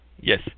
Yes